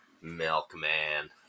Milkman